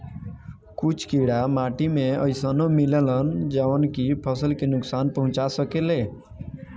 कुछ कीड़ा माटी में अइसनो मिलेलन जवन की फसल के नुकसान पहुँचा सकेले